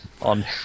on